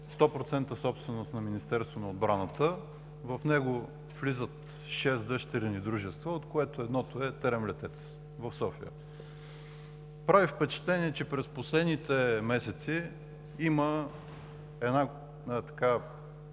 100% собственост на Министерството на отбраната. В него влизат шест дъщерни дружества, от което едното е „ТЕРЕМ – Летец“ в София. Прави впечатление, че през последните месеци има много